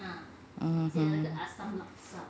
mm